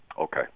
Okay